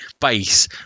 base